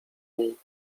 niej